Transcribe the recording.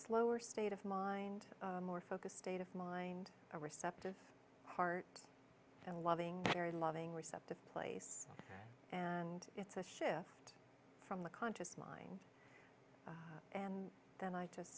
slower state of mind more focused state of mind a receptive heart and loving very loving receptive place and it's a shift from the conscious mind and then i just